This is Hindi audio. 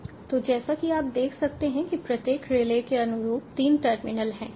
तो जैसा कि आप देख सकते हैं कि प्रत्येक रिले के अनुरूप 3 टर्मिनल हैं